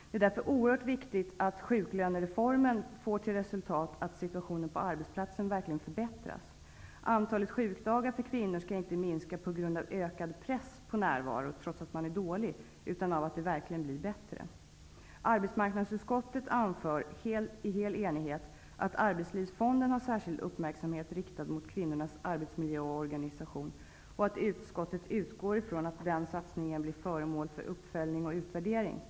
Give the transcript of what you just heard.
Det är därför oerhört viktigt att sjuklönereformen får till resultat att situationen på arbetsplatsen verkligen förbättras. Antalet sjukdagar för kvinnor skall inte minska på grund av ökad press på närvaro trots att man är dålig, utan på grund av att förhållandena verkligen blir bättre. Arbetsmarknadsutskottet anför i full enighet att Arbetslivsfonden har särskild uppmärksamhet riktad mot kvinnornas arbetsmiljö och arbetsorganisation och att utskottet utgår från att denna satsning blir föremål för uppföljning och utvärdering.